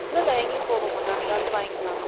இல்லை இல்லை எங்கேயும் போக மாட்டோம் நீங்கள் வந்து வாங்கிக்கலாம்